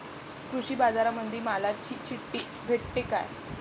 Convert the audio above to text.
कृषीबाजारामंदी मालाची चिट्ठी भेटते काय?